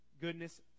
goodness